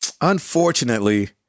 Unfortunately